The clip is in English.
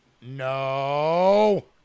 No